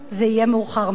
זה יהיה מאוחר מדי.